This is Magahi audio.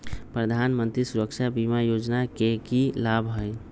प्रधानमंत्री सुरक्षा बीमा योजना के की लाभ हई?